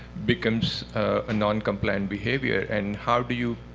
becomes a noncompliant behavior. and how do you